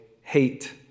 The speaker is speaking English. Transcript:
hate